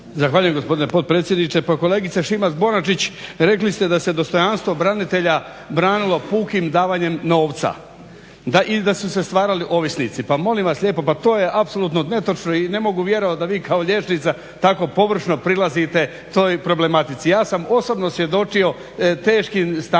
Zahvaljujem gospodine potpredsjedniče. Pa kolegice Šimac-Bonačić, rekli ste da se dostojanstvo branitelja branilo pukim davanjem novca i da su se stvarali ovisnici. Pa molim vas lijepo, pa to je apsolutno netočno i ne mogu vjerovati da vi kao liječnica tako površno prilazite toj problematici. Ja sam osobno svjedočio teškim stanjima